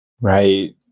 Right